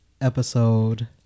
episode